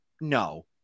no